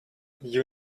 you